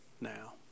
now